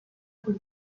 por